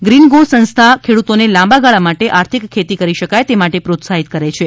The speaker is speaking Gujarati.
ગ્રીન ગો સંસ્થા ખેડૂતોને લાંબા ગાળા માટે આર્થિક ખેતી કરી શકાય તે માટે પ્રોત્સાહિત કરે છે